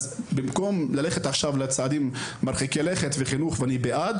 אז במקום ללכת עכשיו לצעדים מרחיקי לכת וחינוך ואני בעד,